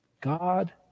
God